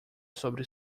sobre